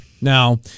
Now